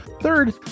Third